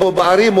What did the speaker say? או בערים,